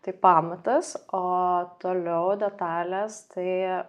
tai pamatas o toliau detalės tai